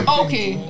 okay